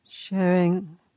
Sharing